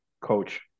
coach